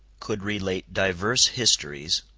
could relate divers histories,